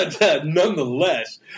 nonetheless